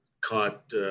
caught